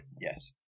Yes